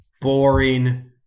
boring